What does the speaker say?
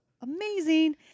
amazing